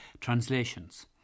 Translations